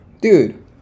Dude